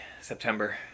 September